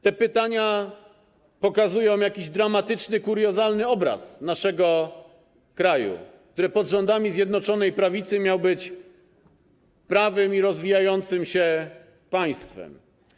Te pytania pokazują jakiś dramatyczny, kuriozalny obraz naszego kraju, który pod rządami Zjednoczonej Prawicy miał być prawym i rozwijającym się państwem.